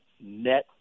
net